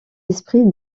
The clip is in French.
esprit